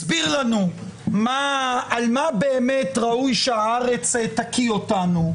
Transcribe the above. הסביר לנו על מה באמת ראוי שהארץ תקיא אותנו,